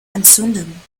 entzünden